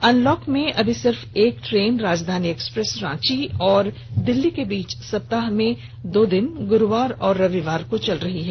unlock में अभी सिर्फ एक ट्रेन राजधानी एक्सप्रेस रांची और दिल्ली के बीच सप्ताह में दो दिन गुरुवार और रविवार को चल रही है